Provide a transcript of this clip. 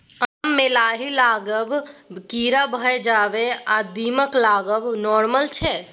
आम मे लाही लागब, कीरा भए जाएब आ दीमक लागब नार्मल छै